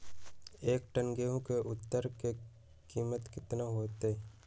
एक टन गेंहू के उतरे के कीमत कितना होतई?